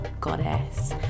goddess